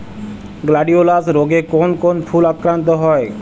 Gladiolus রোগে কোন কোন ফুল আক্রান্ত হয়?